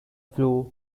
floor